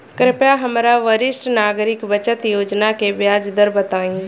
कृपया हमरा वरिष्ठ नागरिक बचत योजना के ब्याज दर बताइं